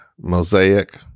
Mosaic